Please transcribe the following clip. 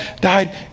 died